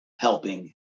helping